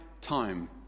time